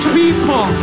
people